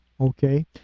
Okay